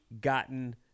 gotten